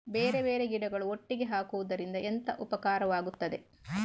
ಬೇರೆ ಬೇರೆ ಗಿಡಗಳು ಒಟ್ಟಿಗೆ ಹಾಕುದರಿಂದ ಎಂತ ಉಪಕಾರವಾಗುತ್ತದೆ?